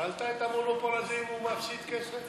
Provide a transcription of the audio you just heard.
שאלת את המונופול הזה אם הוא מפסיד כסף?